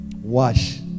wash